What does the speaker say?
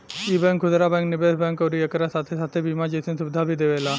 इ बैंक खुदरा बैंक, निवेश बैंक अउरी एकरा साथे साथे बीमा जइसन सुविधा भी देवेला